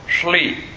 sleep